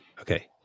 Okay